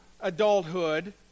adulthood